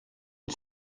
une